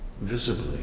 visibly